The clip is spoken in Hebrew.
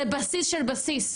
זה בסיס של בסיס.